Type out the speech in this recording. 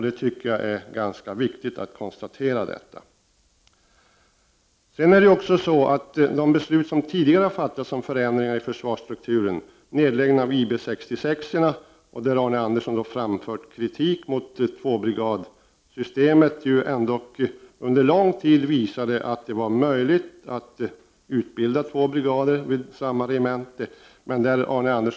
Det är ganska viktigt att konstatera detta. De beslut som tidigare fattades om förändringar i försvarsstrukturen och som alltså innebar nedläggning av IB 66-orna har under ganska lång tid visat att det varit möjligt att utbilda två brigader vid samma regemente. Arne Andersson framförde kritik mot tvåbrigadssystemet.